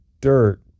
dirt